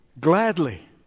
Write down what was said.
Gladly